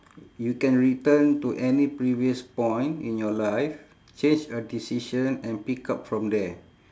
you can return to any previous point in your life change a decision and pick up from there